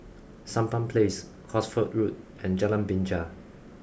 Sampan Place Cosford Road and Jalan Binja